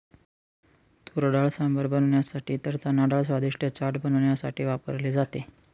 तुरडाळ सांबर बनवण्यासाठी तर चनाडाळ स्वादिष्ट चाट बनवण्यासाठी वापरली जाते